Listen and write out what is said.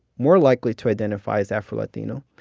more likely to identify as afro-latino.